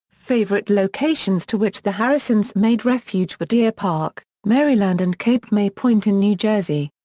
favorite locations to which the harrisons made refuge were deer park, maryland and cape may point in new jersey.